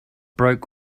broke